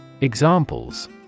Examples